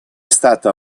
stata